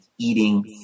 eating